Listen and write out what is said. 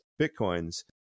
Bitcoins